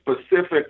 specific